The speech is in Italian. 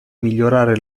migliorare